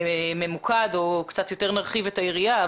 ממוקד או קצת יותר מרחיב את היריעה.